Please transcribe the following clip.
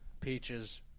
Peaches